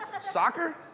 Soccer